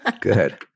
Good